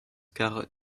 karet